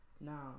Now